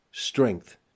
Strength